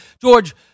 George